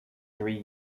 three